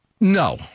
No